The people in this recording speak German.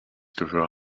gehör